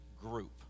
group